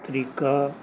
ਤਰੀਕਾ